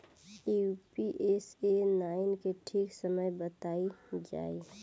Pusa nine के ठीक समय बताई जाई?